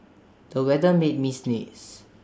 the weather made me sneeze